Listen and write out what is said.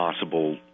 possible